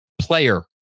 player